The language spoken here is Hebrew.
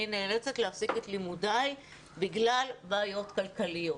אני נאלצת להפסיק את לימודיי בגלל בעיות כלכליות.